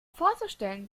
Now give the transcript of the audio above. vorzustellen